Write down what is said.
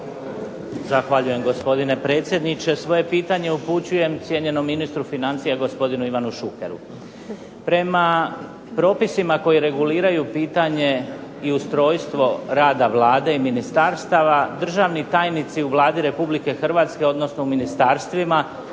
Zahvaljujem gospodine predsjedniče. Svoje pitanje upućujem cijenjenom ministru financija gospodinu Ivanu Šukeru. Prema propisima koji reguliraju pitanje i ustrojstvo rada Vlade i ministarstava, državni tajnici u Vladi Republike Hrvatske, odnosno u ministarstvima,